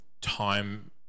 time